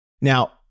Now